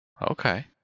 Okay